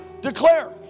Declare